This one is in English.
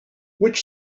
which